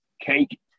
cake